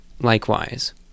likewise